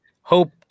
hope